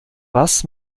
was